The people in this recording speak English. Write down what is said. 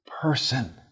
person